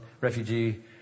refugee